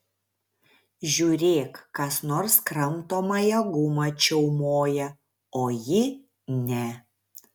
žiūrėk kas nors kramtomąją gumą čiaumoja o ji ne